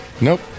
Nope